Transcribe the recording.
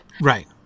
Right